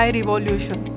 revolution